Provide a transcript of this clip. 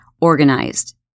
organized